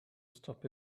stop